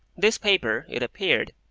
this paper, it appeared,